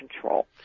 control